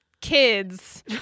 kids